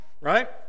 Right